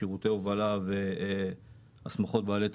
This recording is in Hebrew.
שירותי הובלה והסמכות בעלי תפקידים.